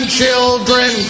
children